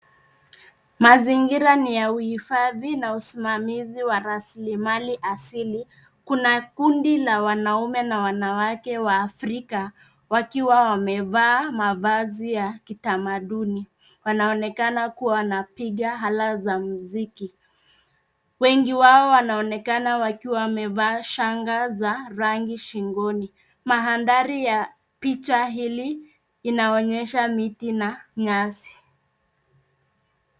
Mazingira ni ya uhifadhi na usimamizi wa rasilimali asili. Kuna kundi la wanaume na wanawake waafrika, wakiwa wamevaa mavazi ya kitamaduni. Wanaonekana kuwa wanapiga ala za muziki. Wengi wao wanaonekana wakiwa wamevaa shanga za rangi shingoni. Mandhari ya picha hili inaonyesha miti na nyasi.